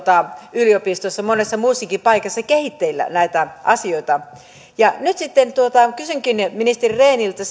yliopistossa monessa muussakin paikassa kehitteillä näitä asioita nyt sitten kysynkin ministeri rehniltä